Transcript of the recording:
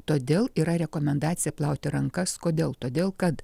todėl yra rekomendacija plauti rankas kodėl todėl kad